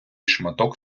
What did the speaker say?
шматок